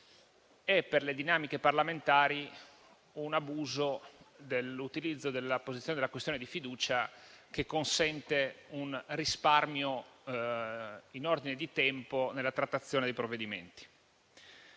e, per le dinamiche parlamentari, un abuso dell'utilizzo della apposizione della questione di fiducia, che consente un risparmio in ordine di tempo nella trattazione dei provvedimenti.